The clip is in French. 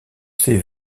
ses